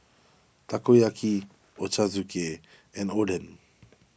Takoyaki Ochazuke and Oden